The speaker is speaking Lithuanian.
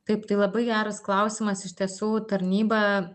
taip tai labai geras klausimas iš tiesų tarnyba